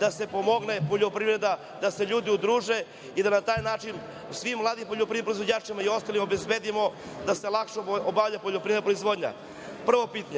da se pomogne poljoprivreda, da se ljudi udruže i da na taj način svi mladim poljoprivrednim proizvođačima i ostalima obezbedimo da se lakše obavlja poljoprivredna proizvodnja?